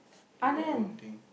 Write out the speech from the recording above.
do your own thing